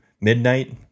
midnight